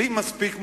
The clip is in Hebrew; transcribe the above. בלי מספיק מודעות,